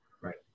Right